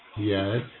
yes